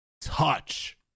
touch